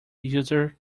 user